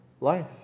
life